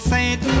Saint